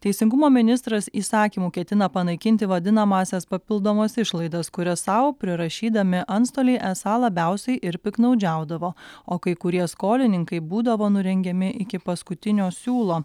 teisingumo ministras įsakymu ketina panaikinti vadinamąsias papildomas išlaidas kurias sau prirašydami antstoliai esą labiausiai ir piktnaudžiaudavo o kai kurie skolininkai būdavo nurengiami iki paskutinio siūlo